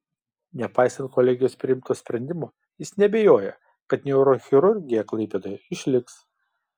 nepaisant kolegijos priimto sprendimo jis neabejoja kad neurochirurgija klaipėdoje išliks